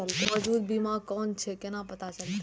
मौजूद बीमा कोन छे केना पता चलते?